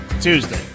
Tuesday